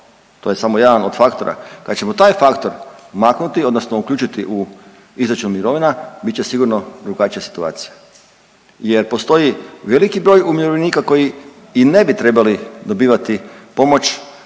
to je samo jedan od faktora, kad ćemo taj faktor maknuti odnosno uključiti u izračun mirovina, bit će sigurno drugačija situacija jer postoji veliki broj umirovljenika koji i ne bi trebali dobivati pomoć